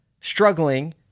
struggling